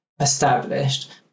established